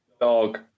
Dog